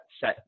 set